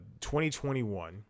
2021